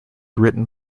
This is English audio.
written